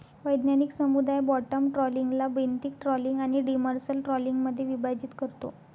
वैज्ञानिक समुदाय बॉटम ट्रॉलिंगला बेंथिक ट्रॉलिंग आणि डिमर्सल ट्रॉलिंगमध्ये विभाजित करतो